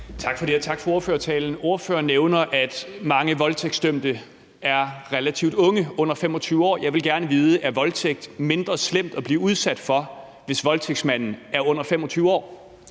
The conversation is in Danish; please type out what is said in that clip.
Tak for det, og tak for ordførertalen. Ordføreren nævner, at mange voldtægtsdømte er relativt unge, under 25 år, og jeg vil gerne vide, om voldtægt er mindre slemt at blive udsat for, hvis voldtægtsmanden er under 25 år.